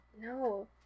No